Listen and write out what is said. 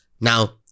Now